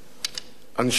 אנשי ביצוע,